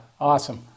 awesome